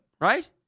right